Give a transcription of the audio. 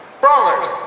Brawlers